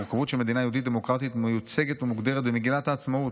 המורכבות של מדינה יהודית-דמוקרטית מיוצגת ומוגדרת במגילת העצמאות.